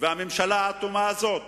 והממשלה האטומה הזאת,